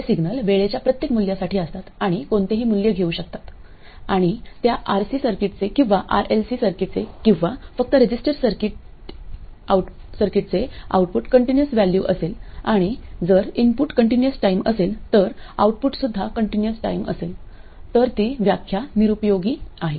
जे सिग्नल वेळेच्या प्रत्येक मूल्यासाठी असतात आणि कोणतेही मूल्य घेऊ शकतात आणि त्या आरसी सर्किट्सचे किंवा आरएलसी सर्किट्सचे किंवा फक्त resistor circuit output continuous value असेल आणि जर इनपुट कंटीन्यूअस टाईम असेल तर आउटपुट सुद्धा कंटीन्यूअस टाईम असेल तर ती व्याख्या निरुपयोगी आहे